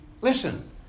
Listen